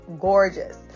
gorgeous